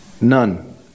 None